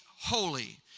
holy